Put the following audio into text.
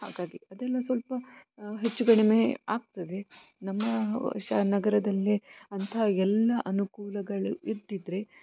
ಹಾಗಾಗಿ ಅದೆಲ್ಲ ಸ್ವಲ್ಪ ಹೆಚ್ಚು ಕಡಿಮೆ ಆಗ್ತದೆ ನಮ್ಮ ಶಾ ನಗರದಲ್ಲೇ ಅಂಥ ಎಲ್ಲ ಅನುಕೂಲಗಳು ಇರ್ತಿದ್ರೆ